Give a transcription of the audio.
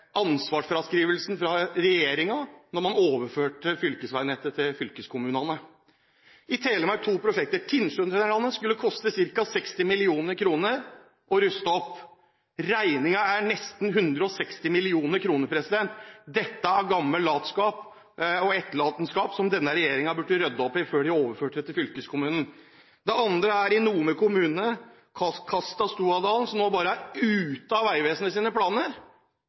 ansvarsfraskrivelsen fra regjeringen da man overførte fylkesveinettet til fylkeskommunene. I Telemark er det to prosjekter. Tinnsjøtunnelene skulle koste ca. 60 mill. kr å ruste opp. Regningen er på nesten 160 mill. kr. Det er gammel latskap og etterlatenskap som denne regjeringen burde ha ryddet opp i før de overførte det til fylkeskommunen. Det andre er i Nome kommune, Kaste–Stoadalen, som bare er ute av vegvesenets planer